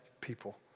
people